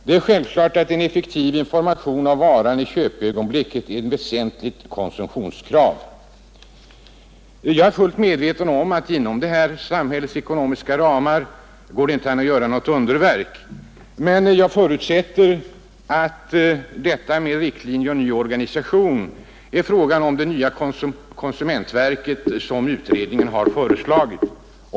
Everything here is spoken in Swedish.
Det är självklart att en effektiv information om varan i köpögonblicket är ett väsentligt konsumentkrav. Jag är fullt medveten om att det inom det här samhällets ekonomiska ramar inte går att göra något underverk, men jag förutsätter att orden om riktlinjer och organisation gäller frågan om det nya konsumentverket som utredningen har föreslagit.